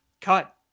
cut